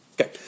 Okay